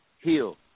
Heal